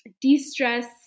de-stress